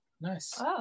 Nice